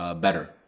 Better